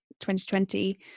2020